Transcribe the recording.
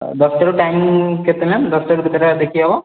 ଦଶଟାରୁ ଟାଇମିଙ୍ଗ କେତେ ମ୍ୟାମ୍ ଦଶଟାରୁ କେତେଟା ଦେଖି ହବ